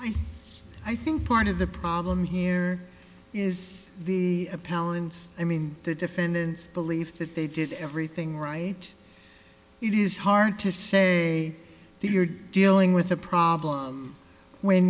think i think part of the problem here is the appellant's i mean the defendant's belief that they did everything right it is hard to say we're dealing with a problem when